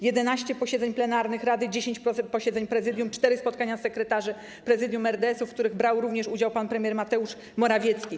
11 posiedzeń plenarnych rady, 10% posiedzeń prezydium, 4 spotkania sekretarzy prezydium RDS-ów, w których brał również udział pan premier Mateusz Morawiecki.